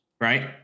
right